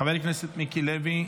חבר הכנסת מיקי לוי,